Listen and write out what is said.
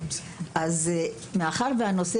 מאחר והנושא,